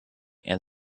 and